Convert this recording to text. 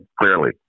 clearly